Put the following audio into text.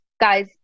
guys